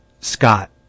Scott